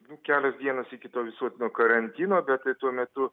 nu kelios dienos iki to visuotinio karantino bet ir tuo metu